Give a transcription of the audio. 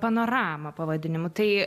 panorama pavadinimu tai